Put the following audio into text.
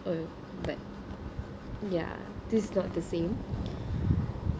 or but ya this not the same